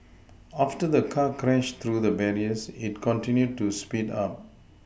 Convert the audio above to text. after the car crashed through the barriers it continued to speed up